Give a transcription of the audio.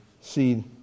see